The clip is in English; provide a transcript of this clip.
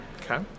Okay